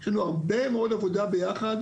יש לנו הרבה מאוד עבודה ביחד,